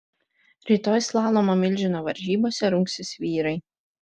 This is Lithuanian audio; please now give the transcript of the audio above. rytoj slalomo milžino varžybose rungsis vyrai